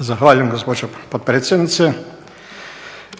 Zahvaljujem gospođo potpredsjednice.